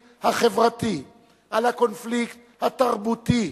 על הקונפליקט החברתי, על הקונפליקט התרבותי,